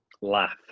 Laugh